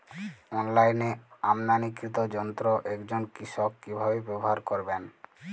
অনলাইনে আমদানীকৃত যন্ত্র একজন কৃষক কিভাবে ব্যবহার করবেন?